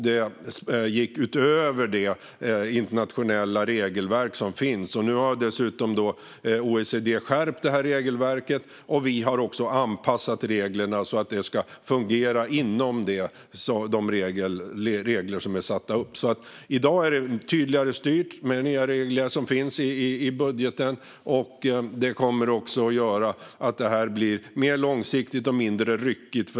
Det gick utöver det internationella regelverk som finns. Nu har OECD dessutom skärpt detta regelverk, och vi har anpassat reglerna så att det ska fungera inom uppsatta regler. I dag är detta alltså tydligare styrt med de nya regler som finns i budgeten. Det kommer också att göra att detta blir mer långsiktigt och mindre ryckigt.